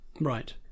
Right